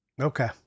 Okay